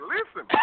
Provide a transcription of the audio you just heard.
Listen